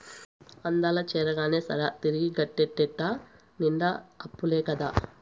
అందుల చేరగానే సరా, తిరిగి గట్టేటెట్ట నిండా అప్పులే కదా